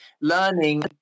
learning